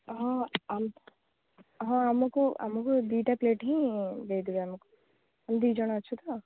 ହଁ ହଁ ଆମକୁ ଆମକୁ ଦୁଇଟା ପ୍ଲେଟ୍ ହିଁ ଦେଇଦେବେ ଆମକୁ ଦୁଇଜଣ ଅଛୁ ତ